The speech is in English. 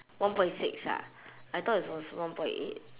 one point six ah I thought it's was one point eight